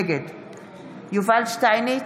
נגד יובל שטייניץ,